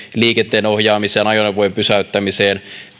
liikenteen ohjaamiseen ajoneuvojen pysäyttämiseen